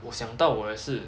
我想到我也是